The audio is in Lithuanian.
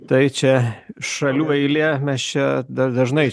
tai čia šalių eilė mes čia dar dažnai